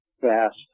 fast